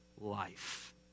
life